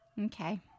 Okay